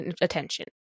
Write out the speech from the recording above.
attention